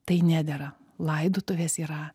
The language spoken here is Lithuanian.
tai nedera laidotuvės yra